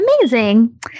Amazing